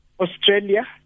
Australia